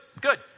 good